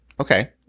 Okay